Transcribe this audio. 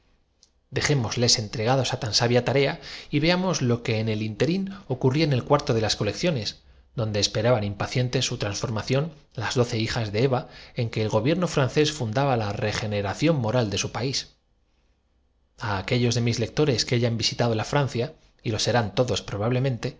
dejémosles entregados á tan sabia tarea y veamos para la que se fíe de promesas oficialesargüyó lo que en él ínterin ocurría en el cuarto de las colec emma en cuanto nos viesen jóvenes y bonitas los ciones donde esperaban impacientes su transforma mismos que hoy nos toman por instrumentos de re ción las doce hijas de eva en que el gobierno francés habilitación serían ios primeros en querer venir á fundaba la regeneración moral de su país turbar nuestra paz doméstica ah los hombres a aquellos de mis lectores que hayan visitado la los hombres francia y lo serán todos probablemente no